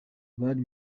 bari